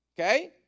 Okay